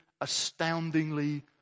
astoundingly